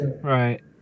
Right